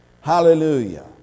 Hallelujah